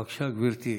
בבקשה, גברתי.